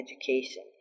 education